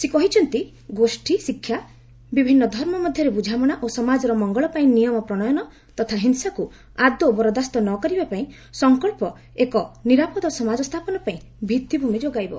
ସେ କହିଛନ୍ତି ଗୋଷୀ ଶିକ୍ଷା ବିଭିନ୍ନ ଧର୍ମ ମଧ୍ୟରେ ବୁଝାମଣା ଓ ସମାଜର ମଙ୍ଗଳପାଇଁ ନିୟମ ପ୍ରଣୟନ ତଥା ହିଂସାକୁ ଆଦୌ ବରଦାସ୍ତ ନ କରିବାପାଇଁ ସଙ୍କଚ୍ଚ ଏକ ନିରାପଦ ସମାଜ ସ୍ଥାପନ ପାଇଁ ଭିତ୍ତିଭୂମି ଯୋଗାଇବ